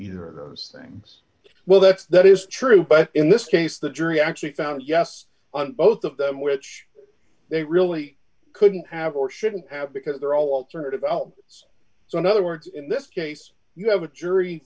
know her as things well that's that is true but in this case the jury actually found yes on both of them which they really couldn't have or shouldn't have because their alternative it's so in other words in this case you have a jury